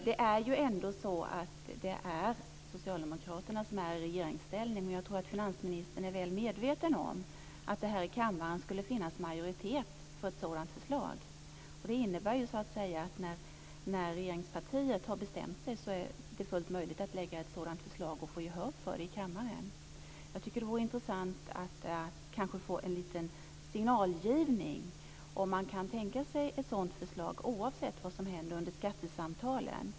Det är ju ändå socialdemokraterna som är i regeringsställning. Men jag tror att finansministern är väl medveten om att det här i kammaren skulle finnas majoritet för ett sådant förslag. Det innebär att det, när regeringspartiet har bestämt sig, är fullt möjligt att lägga fram ett sådant förslag och få gehör för det i kammaren. Jag tycker att det vore intressant att få en signal om man kan tänka sig ett sådant förslag oavsett vad som händer under skattesamtalen.